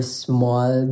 small